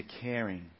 caring